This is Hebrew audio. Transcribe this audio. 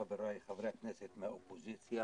חבריי חברי הכנסת מהאופוזיציה,